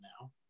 now